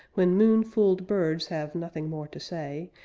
when moon-fooled birds have nothing more to say,